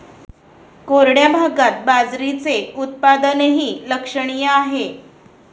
कोरड्या भागात बाजरीचे उत्पादनही लक्षणीय आहे